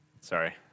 Sorry